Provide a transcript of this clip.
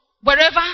wherever